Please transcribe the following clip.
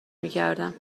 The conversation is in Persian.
میکردم